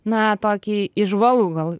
na tokį įžvalgų gal